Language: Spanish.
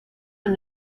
han